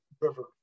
river